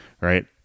Right